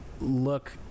look